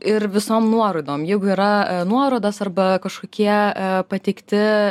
ir visom nuorodom jeigu yra nuorodos arba kažkokie pateikti